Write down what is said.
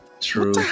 True